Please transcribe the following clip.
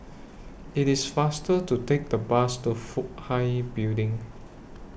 IT IS faster to Take The Bus to Fook Hai Building